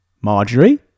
Marjorie